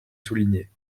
soulignés